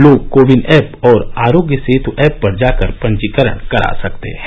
लोग कोविन ऐप और आरोग्य सेतु ऐप पर जाकर पंजीकरण करा सकते हैं